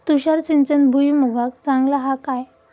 तुषार सिंचन भुईमुगाक चांगला हा काय?